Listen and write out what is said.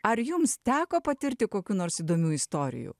ar jums teko patirti kokių nors įdomių istorijų